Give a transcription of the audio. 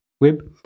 web